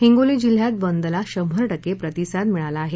हिंगोली जिल्ह्यात बंदला शंभर टक्के प्रतिसाद मिळाला आहे